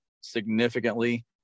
significantly